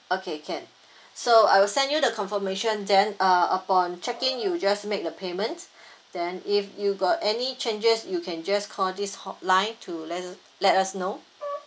okay can so I will send you the confirmation then uh upon check in you'll just make the payments then if you got any changes you can just call this hotline to le~ let us know